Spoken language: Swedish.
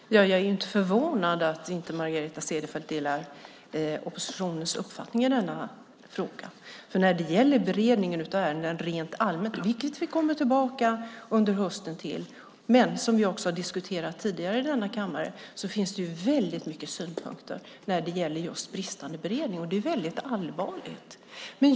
Herr talman! Jag är inte förvånad över att Margareta Cederfelt inte delar oppositionens uppfattning i denna fråga. När det gäller beredningen av ärenden rent allmänt - vilket vi kommer tillbaka till under våren och också har diskuterat tidigare i denna kammare - finns det väldigt mycket synpunkter som gäller bristande beredning. Det är väldigt allvarligt.